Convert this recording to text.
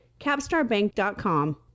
capstarbank.com